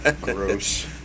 Gross